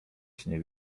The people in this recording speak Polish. śnie